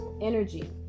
energy